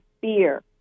fear